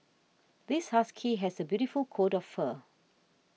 this husky has a beautiful coat of fur